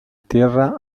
tierra